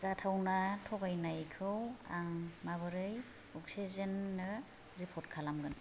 जाथावना थगायनायखौ आं माबोरै अक्सिजेन नो रिप'र्ट खालामगोन